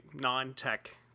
non-tech